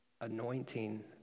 anointing